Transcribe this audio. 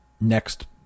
next